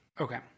Okay